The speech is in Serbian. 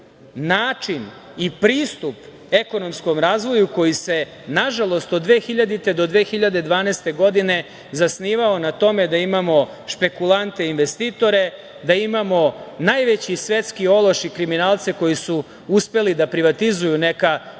način i pristup ekonomskom razvoju koji se nažalost od 2000. do 2012. godine zasnivao na tome da imamo špekulante investitore, da imamo najveći svetski ološ i kriminalce koji su uspeli da privatizuju neka preduzeća